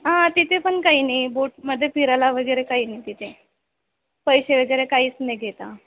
हां तिथे पण काही नाही बोटमध्ये फिरायला वगैरे काही नाही तिथे पैसे वगैरे काहीच नाही घेत